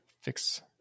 fix